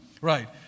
right